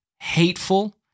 hateful